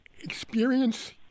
Experience